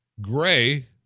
Gray